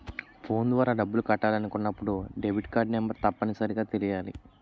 phone ద్వారా డబ్బులు కట్టాలి అనుకున్నప్పుడు డెబిట్కార్డ్ నెంబర్ తప్పనిసరిగా తెలియాలి